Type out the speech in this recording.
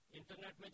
internet